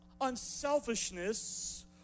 unselfishness